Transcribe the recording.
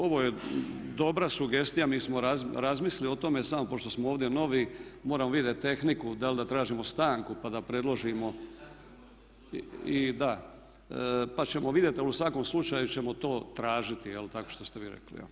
Ovo je dobra sugestija, mi smo razmislili o tome, samo pošto smo ovdje novi moramo vidjeti tehniku da li da tražimo stanku pa da predložimo …… [[Upadica se ne čuje.]] Pa ćemo vidjeti, ali u svakom slučaju ćemo to tražiti, tako što ste vi rekli.